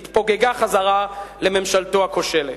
התפוגגה חזרה לממשלתו הכושלת.